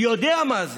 יודע מה זה.